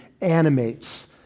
animates